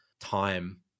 time